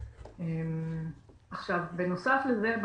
בנוסף לזה,